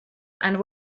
and